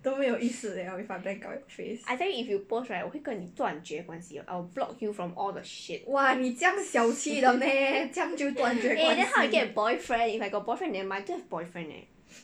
I tell you if you post right 我会跟你断绝关系 I will block you from all the shit eh then how I get boyfriend if I got boyfriend nevermind I don't have boyfriend leh